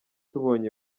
tubonye